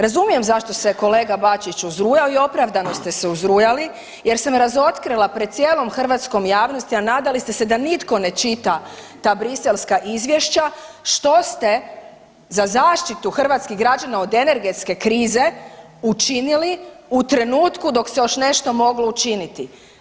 Razumijem zašto se kolega Bačić uzrujao i opravdano ste se uzrujali, jer sam razotkrila pred cijelom hrvatskom javnosti, a nadali ste se da nitko ne čita ta briselska izvješća što ste za zaštitu hrvatskih građana od energetske krize učinili u trenutku dok se još nešto moglo učiniti.